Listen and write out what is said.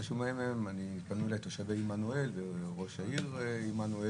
אתה שומע מהם פנו אליי תושבי עמנואל וראש העיר עמנואל,